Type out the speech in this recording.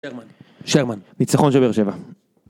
שרמן, שרמן, ניצחון שובר שבע.